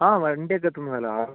ആ വണ്ടിയൊക്കെ എത്തുന്ന സ്ഥലമാണ്